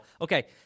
okay